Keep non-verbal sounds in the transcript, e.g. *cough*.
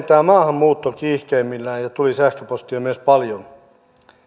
*unintelligible* tämä maahanmuutto kiihkeimmillään ja tuli sähköpostia myös paljon